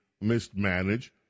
mismanaged